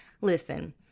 Listen